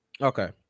okay